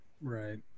Right